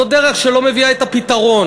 זאת דרך שלא מביאה את הפתרון.